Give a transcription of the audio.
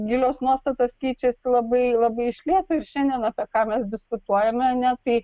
gilios nuostatos keičiasi labai labai išlieka ir šiandien apie ką mes diskutuojame ne tai